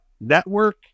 network